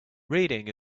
reading